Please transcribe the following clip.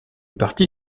partie